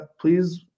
please